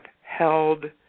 held